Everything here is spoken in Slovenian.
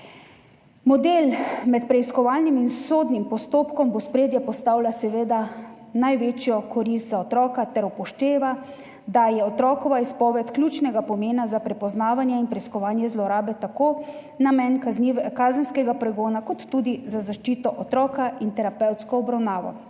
Model med preiskovalnim in sodnim postopkom v ospredje postavlja seveda največjo korist za otroka ter upošteva, da je otrokova izpoved ključnega pomena za prepoznavanje in preiskovanje zlorabe tako za namen kazenskega pregona kot tudi za zaščito otroka in terapevtsko obravnavo.